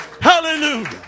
Hallelujah